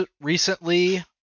recently